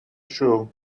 shoe